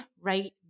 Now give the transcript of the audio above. right